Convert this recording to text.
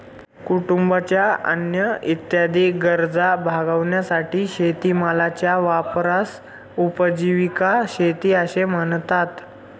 कुटुंबाच्या अन्न इत्यादी गरजा भागविण्यासाठी शेतीमालाच्या वापरास उपजीविका शेती असे म्हणतात